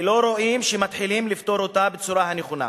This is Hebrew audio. ולא רואים שמתחילים לפתור אותה בצורה הנכונה.